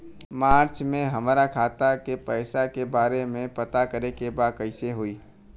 मार्च में हमरा खाता के पैसा के बारे में पता करे के बा कइसे होई?